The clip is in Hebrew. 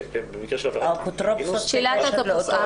במקרה של עבירת אינוס --- האפוטרופסות בקשר לאותו קטין.